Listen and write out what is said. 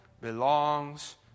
belongs